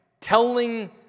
Telling